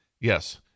Yes